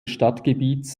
stadtgebiets